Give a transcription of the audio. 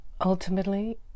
Ultimately